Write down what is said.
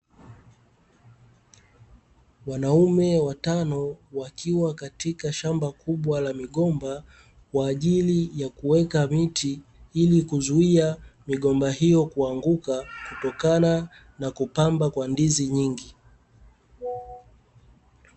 Wanaume watano wakiwa katika shamba kubwa la migomba, kwa ajili ya kuweka miti ili kuzuia migomba hiyo kuanguka kutokana na kupamba kwa ndizi nyingi.